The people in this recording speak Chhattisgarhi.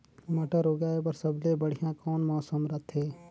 मटर उगाय बर सबले बढ़िया कौन मौसम रथे?